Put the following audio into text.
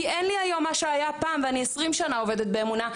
כי אין לי היום מה שהיה פעם ואני 20 שנה עובדת באמונה,